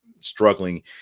struggling